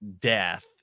death